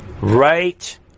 Right